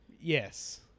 Yes